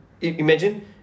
imagine